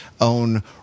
own